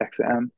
xm